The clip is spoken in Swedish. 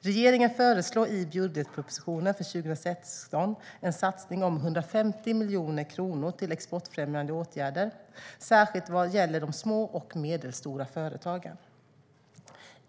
Regeringen föreslår i budgetpropositionen för 2016 en satsning om 150 miljoner kronor till exportfrämjande åtgärder, särskilt vad gäller de små och medelstora företagen.